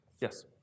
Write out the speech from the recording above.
Yes